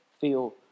feel